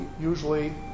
usually